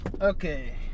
Okay